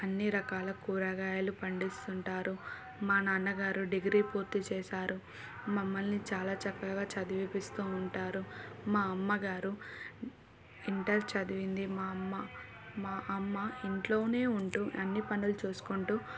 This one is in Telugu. అన్నీ రకాల కూరగాయలు పండిస్తుంటారు మా నాన్నగారు డిగ్రీ పూర్తి చేశారు మమ్మల్ని చాలా చక్కగా చదివిపిస్తూ ఉంటారు మా అమ్మగారు ఇంటర్ చదివింది మా అమ్మ మా అమ్మ ఇంట్లోనే ఉంటూ అన్ని పనులు చూసుకుంటూ